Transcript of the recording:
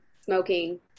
smoking